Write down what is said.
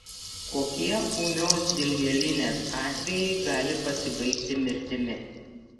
kokie ūmios dilgėlinės atvejai gali pasibaigti mirtimi